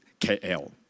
KL